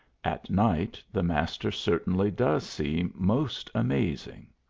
at night the master certainly does see most amazing.